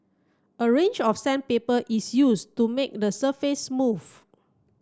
a range of sandpaper is used to make the surface smooth